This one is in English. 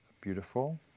beautiful